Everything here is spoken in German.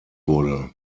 wurde